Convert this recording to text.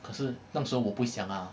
可是那时我不想啊